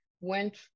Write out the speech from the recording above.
went